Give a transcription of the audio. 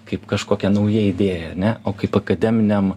kaip kažkokia nauja idėja ane o kaip akademiniam